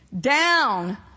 Down